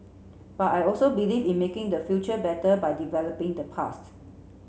but I also believe in making the future better by developing the past